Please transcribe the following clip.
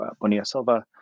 Bonilla-Silva